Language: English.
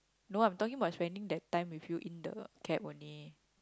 no I'm talking about spending that time with you in the camp only